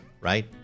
right